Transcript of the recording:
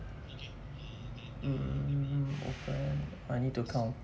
mm okay I need to count